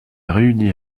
réunit